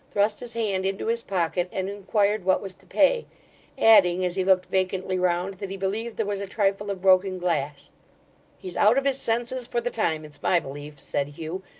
thrust his hand into his pocket, and inquired what was to pay adding, as he looked vacantly round, that he believed there was a trifle of broken glass he's out of his senses for the time, it's my belief said hugh,